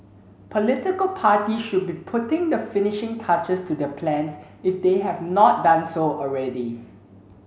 political party should be putting the finishing touches to their plans if they have not done so already